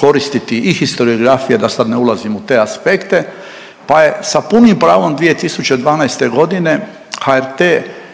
koristiti i historiografija, da sad ne ulazim u te aspekte pa je sa punim pravom 2012. g. HRT